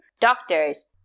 doctors